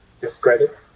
discredit